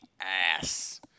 ass